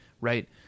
right